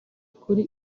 kuri